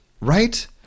Right